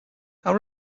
how